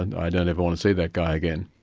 and i don't ever want to see that guy again,